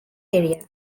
area